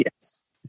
yes